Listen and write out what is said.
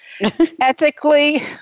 ethically